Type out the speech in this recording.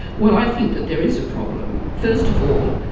well i think that there is a problem. first of all,